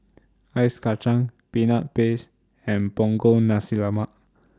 Ice Kachang Peanut Paste and Punggol Nasi Lemak